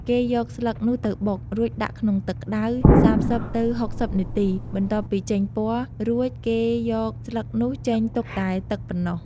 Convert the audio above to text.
គេយកស្លឹកនោះទៅបុក រួចដាក់ក្នុងទឹកក្ដៅ ៣០ទៅ៦០នាទី បន្ទាប់ពីចេញពណ៌ រួចគេយកស្លឹកនោះចេញទុកតែទឹកប៉ុណ្ណោះ។